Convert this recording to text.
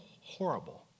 horrible